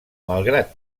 malgrat